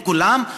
עם כולם,